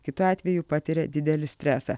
kitu atveju patiria didelį stresą